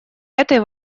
этой